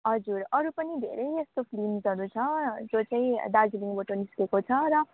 हजुर अरू पनि धेरै यस्तो फिल्मसहरू छ जो चाहिँ दार्जिलिङबाट निस्केको छ र